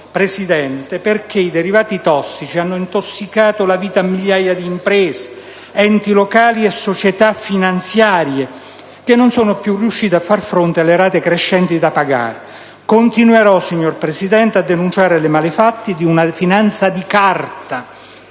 miliardi di euro. I derivati tossici hanno intossicato la vita a migliaia di imprese, enti locali e società finanziarie, che non sono riuscite più a far fronte alle rate crescenti da pagare. Continuerò, signor Presidente, a denunciare le malefatte di una finanza di carta